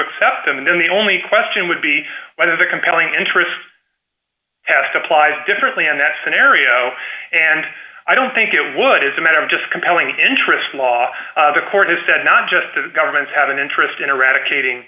accept them and then the only question would be whether the compelling interest asked applies differently in that scenario and i don't think it would is a matter of just compelling interest law the court has said not just of governments have an interest in eradicating